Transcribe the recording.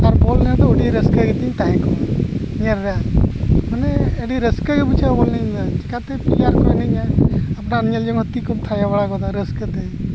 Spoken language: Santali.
ᱟᱨ ᱵᱚᱞ ᱮᱱᱮᱡ ᱫᱚ ᱟᱹᱰᱤ ᱨᱟᱹᱥᱠᱟᱹ ᱜᱮᱛᱤᱧ ᱛᱟᱦᱮᱸ ᱠᱚᱜᱼᱟ ᱧᱮᱞ ᱨᱮ ᱢᱟᱱᱮ ᱟᱹᱰᱤ ᱨᱟᱹᱥᱠᱟᱹᱜᱮ ᱵᱩᱡᱷᱟᱹᱜᱼᱟ ᱵᱚᱞ ᱮᱱᱮᱡ ᱧᱮᱞ ᱪᱤᱠᱟᱹᱛᱮ ᱯᱞᱮᱭᱟᱨ ᱠᱚ ᱮᱱᱮᱡᱟ ᱟᱯᱱᱟᱨᱟᱜ ᱧᱮᱞ ᱡᱚᱝ ᱛᱤ ᱠᱚᱢ ᱛᱷᱟᱭᱳ ᱵᱟᱲᱟ ᱜᱚᱫᱟ ᱨᱟᱹᱥᱠᱟᱹᱛᱮ